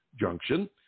Junction